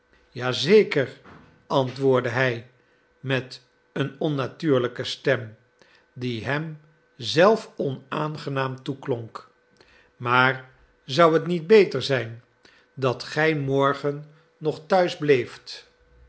zeker antwoordde hij met een onnatuurlijke stem die hem zelf onaangenaam toeklonk maar zou het niet beter zijn dat gij morgen nog thuis bleeft